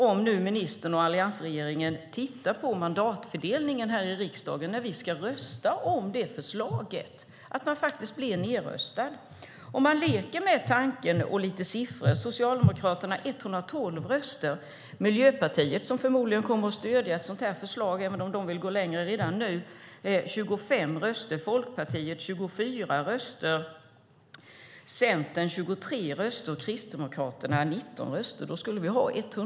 Om ministern och alliansregeringen tittar på mandatfördelningen här i riksdagen när vi ska rösta om detta förslag finns det en risk att man faktiskt blir nedröstad. Vi kan leka lite grann med siffrorna. Socialdemokraterna har 112 röster. Miljöpartiet, som förmodligen kommer att stödja ett sådant förslag även om man vill gå längre redan nu, har 25 röster. Folkpartiet har 24 röster, Centern har 23 röster och Kristdemokraterna har 19 röster.